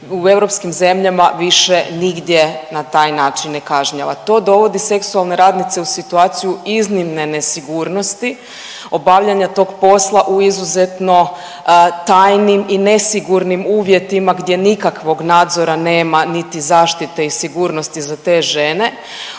u europskim zemljama više nigdje na taj način ne kažnjava. To dovodi seksualne radnice u situaciju iznimne nesigurnosti obavljanja tog posla u izuzetno tajnim i nesigurnim uvjetima gdje nikakvog nadzora nema niti zaštite i sigurnosti za te žene.